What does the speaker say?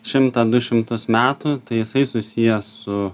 šimtą du šimtus metų tai jisai susijęs su